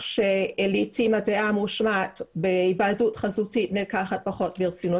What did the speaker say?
שלעתים הדעה שמושמעת בהיוועדות חזותית נלקחת פחות ברצינות.